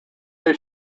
they